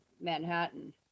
Manhattan